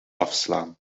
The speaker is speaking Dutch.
afslaan